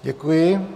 Děkuji.